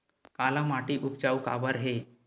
काला माटी उपजाऊ काबर हे?